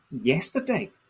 yesterday